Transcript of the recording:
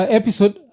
episode